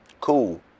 Cool